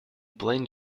plane